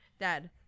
Dad